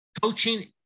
Coaching